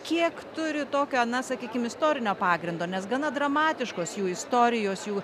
kiek turi tokio na sakykim istorinio pagrindo nes gana dramatiškos jų istorijos jų